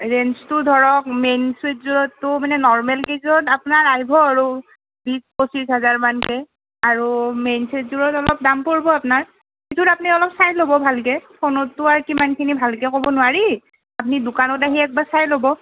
ৰেঞ্জটো ধৰক মেইন চেটযোৰততো মানে নৰ্মেল কেইযোৰত আপোনাৰ আহিব আৰু বিশ পঁচিছ হাজাৰমানকৈ আৰু মেইন চেটযোৰত অলপ দাম পৰিব আপোনাৰ সেইযোৰ আপুনি অলপ চাই ল'ব ভালকৈ ফোনততো আৰু ইমানখিনি ভালকৈ আৰু ক'ব নোৱাৰি আপুনি দোকানত আহি একবাৰ চাই ল'ব